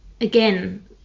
again